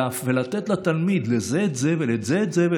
ולתת לתלמיד, לזה את זה ולזה את זה.